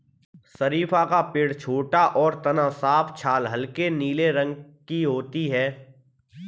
शरीफ़ा का पेड़ छोटा और तना साफ छाल हल्के नीले रंग की होती है